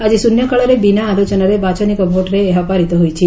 ଆକି ଶୃନ୍ୟକାଳରେ ବିନା ଆଲୋଚନାରେ ବାଚନିକ ଭୋଟ୍ରେ ଏହା ପାରିତ ହୋଇଛି